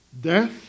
Death